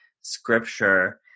scripture